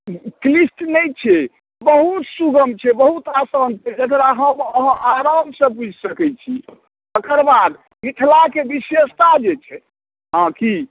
क्लिष्ट नहि छै बहुत सुगम छै बहुत आसान छै एकरा हम अहाँ आराम सँ बुझि सकैत छी तकर बाद मिथिलाके बिशेषता जे छै हँ कि